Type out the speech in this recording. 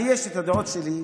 יש לי את הדעות שלי.